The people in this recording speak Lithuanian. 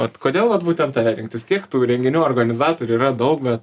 vat kodėl vat būtent tave rinktis tiek tų renginių organizatorių yra daug bet